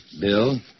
Bill